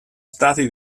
stati